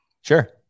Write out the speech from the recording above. Sure